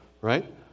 Right